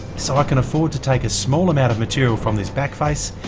so i can afford to take a small amount of material from this back face,